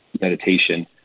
meditation